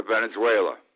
venezuela